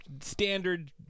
standard